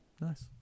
Nice